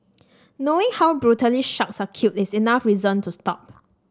knowing how brutally sharks are killed is enough reason to stop